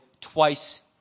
twice